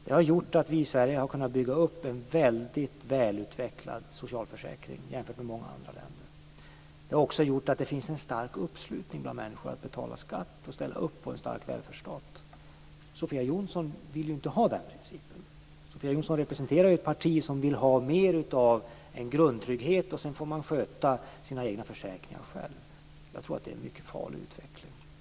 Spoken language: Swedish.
Det har gjort att vi i Sverige har kunnat bygga upp en välutvecklad socialförsäkring jämfört med många andra länder. Det har också gjort att det finns en stark uppslutning bland människor för att betala skatt och ställa upp på en stark välfärdsstat. Sofia Jonsson vill inte ha den principen. Hon representerar ett parti som vill ha mer av en grundtrygghet, och sedan får man sköta sina egna försäkringar själv. Jag tror att det är en mycket farlig utveckling.